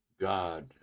God